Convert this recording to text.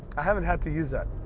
i haven't had to use that.